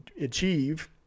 achieve